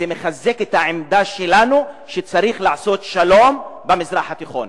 זה מחזק את העמדה שלנו שצריך לעשות שלום במזרח התיכון.